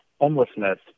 homelessness